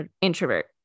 introvert